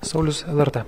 saulius lrt